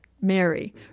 Mary